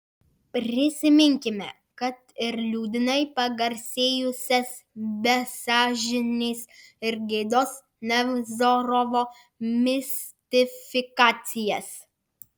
prisiminkime kad ir liūdnai pagarsėjusias be sąžinės ir gėdos nevzorovo mistifikacijas